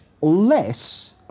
less